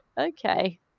okay